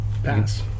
Pass